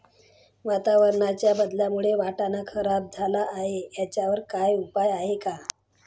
वातावरणाच्या बदलामुळे वाटाणा खराब झाला आहे त्याच्यावर काय उपाय आहे का?